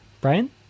Brian